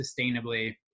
sustainably